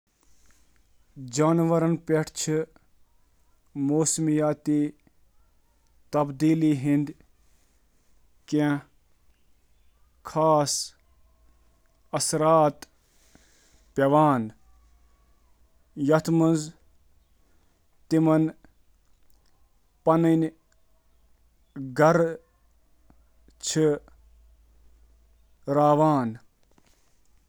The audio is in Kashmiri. موسمیٲتی تبدیلین ہنٛد چھ جانورن خٲطرٕ واریاہ مضمرات آسان، یتھ منٛز شٲمل: رہائش گاہک نقصان، ہجرت، پنروتپادن منٛز کمی، انواع تہٕ باقی